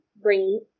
bring